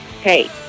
Hey